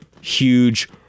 huge